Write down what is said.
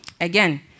Again